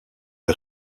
est